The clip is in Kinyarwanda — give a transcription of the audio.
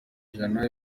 ijana